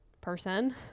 person